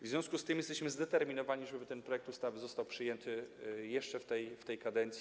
W związku z tym jesteśmy zdeterminowani, żeby ten projekt ustawy został przyjęty jeszcze w tej kadencji.